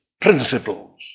principles